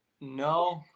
No